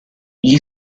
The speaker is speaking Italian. gli